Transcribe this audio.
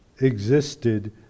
existed